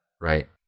right